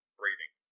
breathing